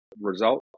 result